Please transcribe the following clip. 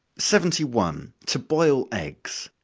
seventy one. to boil eggs.